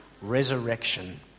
resurrection